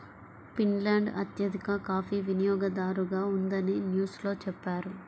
Finland అత్యధిక coffee వినియోగదారుగా ఉందని న్యూస్ లో చెప్పారు